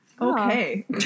Okay